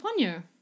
Ponyo